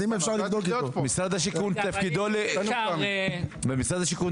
החסם הכי משמעותי בתחום שלנו הוא